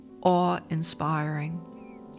awe-inspiring